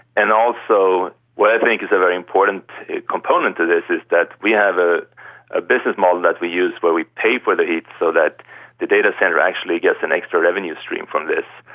and also what i think is a very important component to this is that we have ah a business model that we use where we pay for the heat so that the data centre actually gets an extra revenue stream from this.